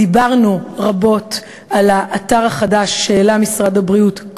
דיברנו רבות על האתר החדש שהעלה משרד הבריאות,